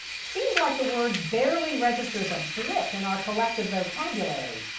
seems like the word barely registers a blip in our collective vocabulary.